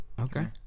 Okay